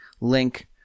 link